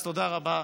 אז תודה רבה,